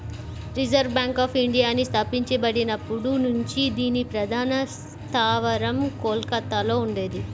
reserve bank of ఇండియాని స్థాపించబడినప్పటి నుంచి దీని ప్రధాన స్థావరం కోల్కతలో ఉండేది